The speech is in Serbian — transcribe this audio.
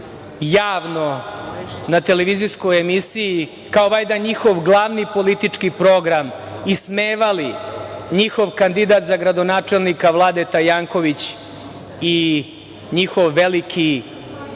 javno u televizijskoj emisiji, kao valjda njihov glavni politički program, ismevali njihov kandidat za gradonačelnika, Vladeta Janković i njihov veliki,